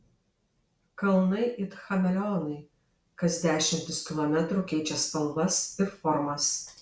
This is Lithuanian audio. kalnai it chameleonai kas dešimtis kilometrų keičia spalvas ir formas